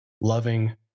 loving